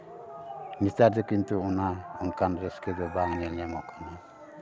ᱱᱮᱛᱟᱨ ᱫᱚ ᱠᱤᱱᱛᱩ ᱚᱱᱟ ᱚᱱᱠᱟᱱ ᱨᱟᱹᱥᱠᱟᱹ ᱫᱚ ᱵᱟᱝ ᱧᱮᱞ ᱧᱟᱢᱚᱜ ᱠᱟᱱᱟ